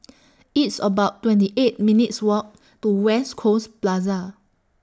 It's about twenty eight minutes' Walk to West Coast Plaza